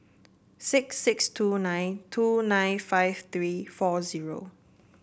six six two nine two nine five three four zero